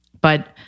but-